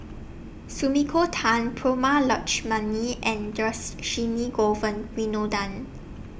Sumiko Tan Prema Letchumanan and Dhershini Govin Winodan